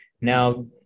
Now